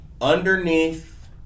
underneath